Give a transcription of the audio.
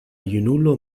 junulo